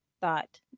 thought